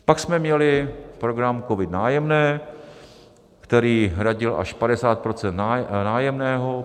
Pak jsme měli program COVID Nájemné, který hradil až 50 % nájemného.